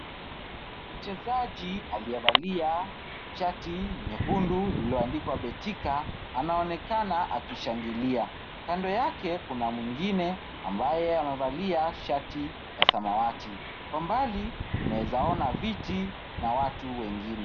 Mchezaji aliyevalia shati nyekundu lililoandikwa betika anaonekana akishangilia. Kando yake kuna mwingine ambaye amevalia shati ya samawati. Kwa mbali tunawezaona viti na watu wengine.